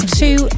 two